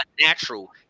natural